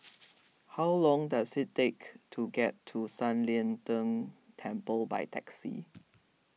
how long does it take to get to San Lian Deng Temple by taxi